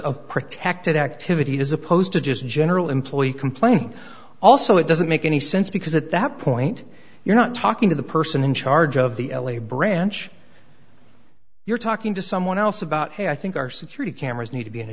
of protected activity as opposed to just general employee complaining also it doesn't make any sense because at that point you're not talking to the person in charge of the l a branch you're talking to someone else about hey i think our security cameras need to be in a